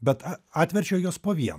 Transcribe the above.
bet at atverčiau juos po vieną